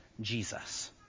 Jesus